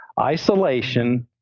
isolation